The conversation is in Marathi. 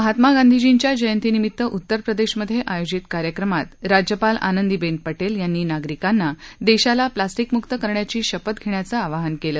महात्मा गांधीजींच्या जयंतीनिमित्त उत्तर प्रदेशमध्ये आयोजित कार्यक्रमात राज्यपाल आनंदीबेन पटेल यांनी नागरिकांना देशाला प्लास्टिकमुक्त करण्याची शपथ घेण्याचं आवाहन केलं